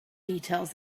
details